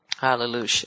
Hallelujah